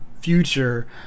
future